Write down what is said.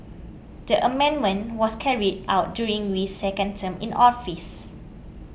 the amendment was carried out during Wee's second term in office